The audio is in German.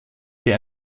der